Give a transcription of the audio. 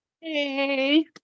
Hey